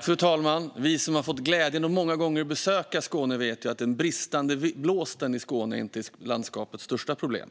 Fru talman! Vi som har fått glädjen att många gånger besöka Skåne vet ju att den bristande blåsten i Skåne inte är landskapets största problem.